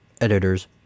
Editors